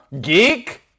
Geek